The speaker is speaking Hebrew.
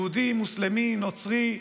יהודי, מוסלמי, נוצרי,